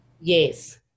Yes